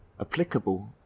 applicable